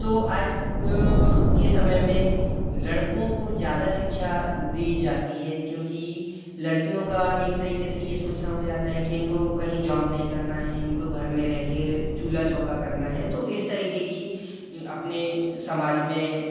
तो आज के समय में लड़कों को ज़्यादा शिक्षा दी जाती है क्योंकि लड़कियों का एक तरीक़े से ये सोचना हो जाता है कि इनको कहीं जॉब नहीं करना हैं इनको घर में रेह कर चूल्हा चौका करना है तो इस तरीक़े की अपने समाज में